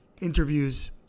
interviews